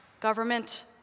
government